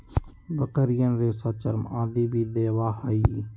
बकरियन रेशा, चर्म आदि भी देवा हई